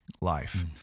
life